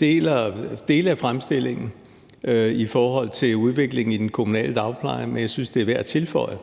deler dele af fremstillingen i forhold til udviklingen i den kommunale dagpleje, men jeg synes, det er værd at tilføje,